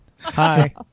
Hi